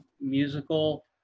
musical